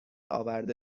آورده